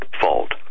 Fault